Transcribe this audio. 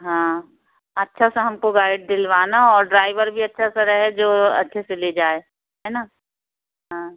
हाँ अच्छा सा हमको गाइड दिलवाना और ड्राईवर भी अच्छा सा रहे जो अच्छे से ले जाए है ना हाँ